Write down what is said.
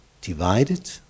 divided